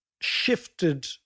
shifted